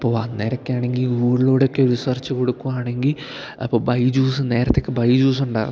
അപ്പോൾ അന്നേരമൊക്കെ ആണെങ്കിൽ ഗൂഗുളിനോടൊക്കെ റിസർച്ച് കൊടുക്കുകയാണെങ്കിൽ അപ്പം ബൈജൂസ് നേരത്തെ ഒക്കെ ബൈജൂസ് ഉണ്ടായിരുന്നു